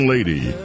Lady